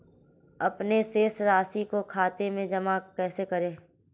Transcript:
अपने शेष राशि को खाते में जमा कैसे करें?